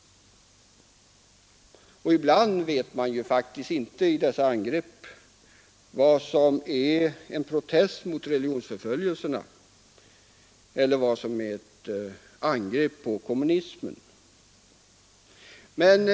Vad som i dessa angrepp är en protest mot religionsförföljelserna eller vad som är ett angrepp på kommunismen vet man ibland inte.